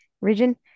region